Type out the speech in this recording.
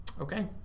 Okay